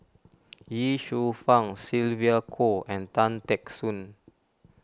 Ye Shufang Sylvia Kho and Tan Teck Soon